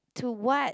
to what